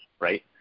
right